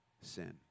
sin